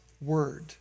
word